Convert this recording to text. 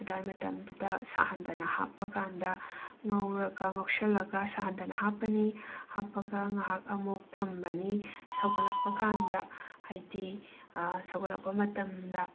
ꯑꯗꯥꯏ ꯃꯇꯝꯗꯨꯗ ꯁꯥꯍꯟꯗꯅ ꯍꯥꯞꯄꯀꯥꯟꯗ ꯉꯧꯔꯒ ꯉꯧꯁꯜꯂꯒ ꯁꯥꯍꯟꯗꯅ ꯍꯥꯞꯄꯅꯤ ꯍꯥꯞꯄꯒ ꯉꯍꯥꯛ ꯑꯃꯨꯛ ꯊꯝꯃꯅꯤ ꯁꯧꯒꯜꯂꯛꯄ ꯀꯥꯟꯗ ꯍꯥꯏꯗꯤ ꯁꯥꯎꯒꯜꯂꯛꯄ ꯃꯇꯝꯗ